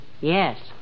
Yes